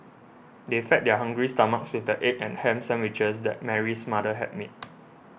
they fed their hungry stomachs with the egg and ham sandwiches that Mary's mother had made